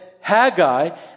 Haggai